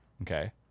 Okay